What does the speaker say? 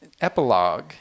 epilogue